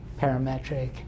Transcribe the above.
parametric